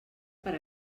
per